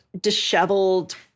disheveled